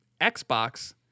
xbox